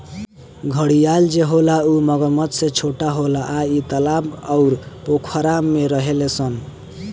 घड़ियाल जे होला उ मगरमच्छ से छोट होला आ इ तालाब अउर पोखरा में रहेले सन